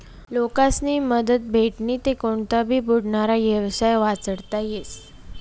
लोकेस्नी मदत भेटनी ते कोनता भी बुडनारा येवसाय वाचडता येस